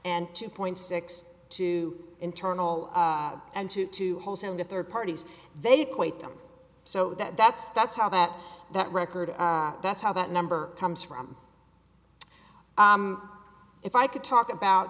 and two point six two internal and two two holes in the third parties they equate them so that that's that's how that that record that's how that number comes from if i could talk about